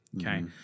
Okay